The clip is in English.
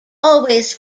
always